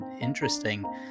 interesting